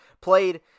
played